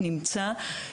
נמצא.